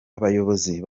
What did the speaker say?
abayobozi